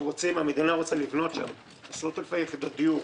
המדינה רוצה לבנות שם עשרות אלפי יחידות דיור